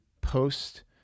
post